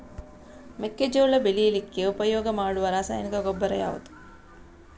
ಮೆಕ್ಕೆಜೋಳ ಬೆಳೀಲಿಕ್ಕೆ ಉಪಯೋಗ ಮಾಡುವ ರಾಸಾಯನಿಕ ಗೊಬ್ಬರ ಯಾವುದು?